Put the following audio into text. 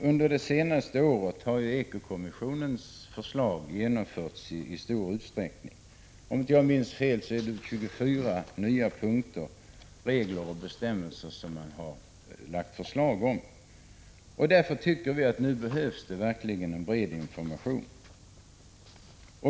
Under det senaste året har ju ekokommissionens förslag i stor utsträckning genomförts — om jag inte minns fel har det på 24 punkter lagts fram förslag om nya bestämmelser och regler. Därför tycker vi att det nu verkligen behövs en bred information.